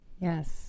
Yes